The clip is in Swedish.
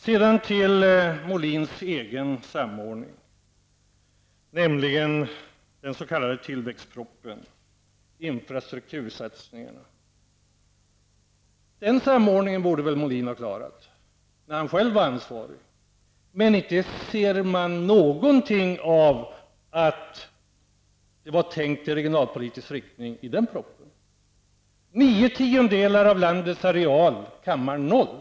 Sedan till Molins egen samordning, nämligen den s.k. tillväxtpropositionen, infrastruktursatsningarna. Den samordningen borde väl Molin ha klarat när han själv var ansvarig. Det syns dock ingenting av att man skulle ha tänkt i regionalpolitisk riktning i den propositionen. Nio tiondelar av landets areal kammar noll.